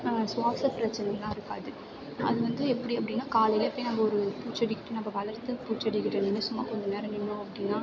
சுவாச பிரச்சினைலாம் இருக்காது அது வந்து எப்படி அப்படின்னா காலையில் போய் நம்ம ஒரு பூச்செடிக்கு நம்ம வளர்த்த பூச்செடிகிட்டே நின்று சும்மா கொஞ்ச நேரம் நின்றோம் அப்படின்னா